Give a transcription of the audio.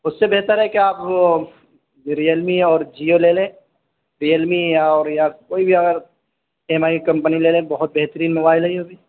اس سے بہتر ہے کہ آپ وہ رئیل می اور جیو لے لیں ریئل اور یا کوئی بھی اگر ایم آئی کی کمپنی لے لیں بہت بہترین موبائل ہے یہ بھی